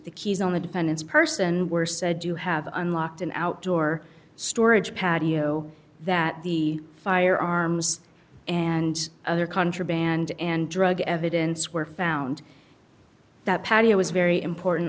the keys on the defendant's person were said to have unlocked an outdoor storage patio that the firearms and other contraband and drug evidence were found that patio is very important